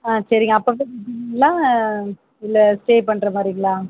ஆ சரிங்க அப்போ வந்து வந்துடுவிங்களா இல்லை ஸ்டே பண்ணுற மாதிரிங்களா